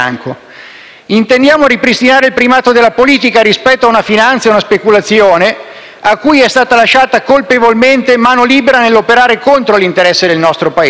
Intendiamo ripristinare il primato della politica rispetto a una finanza e ad una speculazione cui è stata lasciata colpevolmente mano libera nell'operare contro l'interesse del nostro Paese.